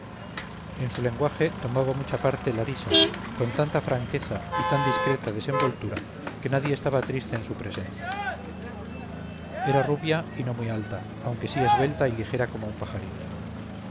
en su lenguaje tomaba mucha parte la risa con tanta franqueza y tan discreta desenvoltura que nadie estaba triste en su presencia era rubia y no muy alta aunque sí esbelta y ligera como un pajarito